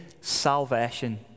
salvation